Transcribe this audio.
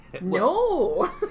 No